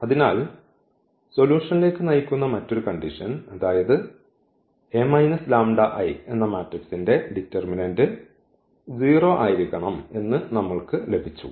അതിനാൽ സൊല്യൂഷൻലേക്ക് നയിക്കുന്ന മറ്റൊരു കണ്ടീഷൻ അതായത് മാട്രിക്സിന്റെ ഡിറ്റർമിനന്റ് 0 ആയിരിക്കണം എന്ന് നമ്മൾക്ക് ലഭിച്ചു